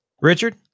Richard